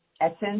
essence